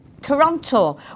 Toronto